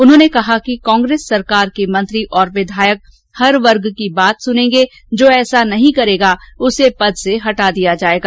उन्होंने कहा कि कांग्रेस सरकार के मंत्री और विधायक हर वर्ग की बात सुनेंगे जो ऐसा नहीं करेगा उसे पद से हटा दिया जाएगा